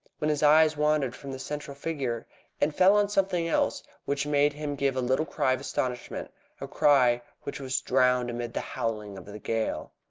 when his eyes wandered from the central figure and fell on something else which made him give a little cry of astonishment a cry which was drowned amid the howling of the gale.